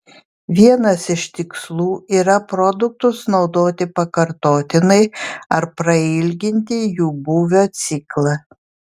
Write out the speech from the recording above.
vienas iš tikslų yra produktus naudoti pakartotinai ar prailginti jų būvio ciklą